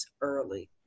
early